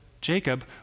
Jacob